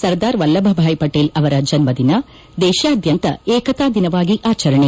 ಸರ್ದಾರ್ ವಲ್ಲಭ ಭಾಯ್ ಪಟೇಲ್ ಅವರ ಜನ್ನದಿನ ದೇಶಾದ್ಯಂತ ಏಕತಾ ದಿನವಾಗಿ ಆಚರಣೆ